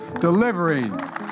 delivering